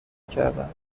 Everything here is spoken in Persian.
کردم